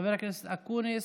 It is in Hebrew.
חבר הכנסת אקוניס,